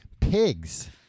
Pigs